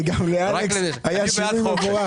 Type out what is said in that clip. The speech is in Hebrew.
גם לאלכס היה שינוי מבורך.